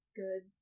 good